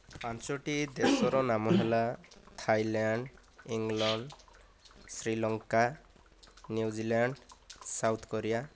ପାଞ୍ଚଟି ଦେଶର ନାମ ହେଲା Thailand England Sri Lanka New Zealand South Korea